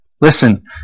Listen